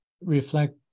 reflect